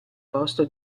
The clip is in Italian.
posto